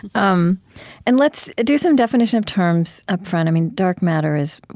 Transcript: um and let's do some definition of terms, up front. i mean dark matter is,